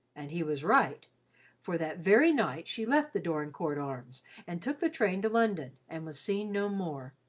and he was right for that very night she left the dorincourt arms and took the train to london, and was seen no more.